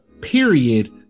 period